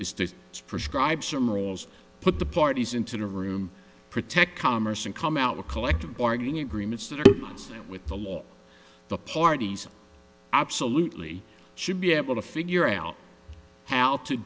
is to prescribe some rules put the parties into the room protect commerce and come out with collective bargaining agreements that with the law the parties absolutely should be able to figure out how to